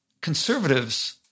conservatives